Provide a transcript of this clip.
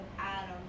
Adam